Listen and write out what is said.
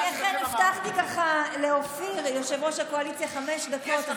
אני אכן הבטחתי לאופיר חמש דקות,